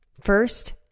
First